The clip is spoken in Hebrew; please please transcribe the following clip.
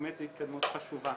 באמת היא התקדמות חשובה.